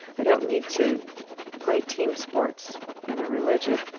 i don't need to play team sports in a religion.